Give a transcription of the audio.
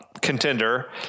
contender